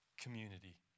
community